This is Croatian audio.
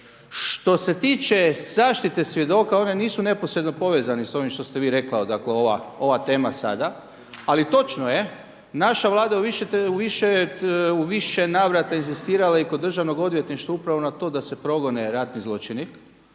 Što se tiče zaštite svjedoka one nisu neposredno povezani sa ovim što ste vi rekao, dakle ova tema sada. Ali točno je, naša Vlada je u više navrata inzistirala i kod Državnog odvjetništva upravo na to da se progone ratni zločini.